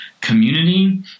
community